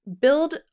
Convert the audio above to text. Build